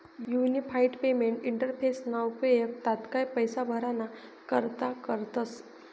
unified payment इंटरफेसना उपेग तात्काय पैसा भराणा करता करतस